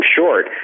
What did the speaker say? short